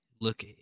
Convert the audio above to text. look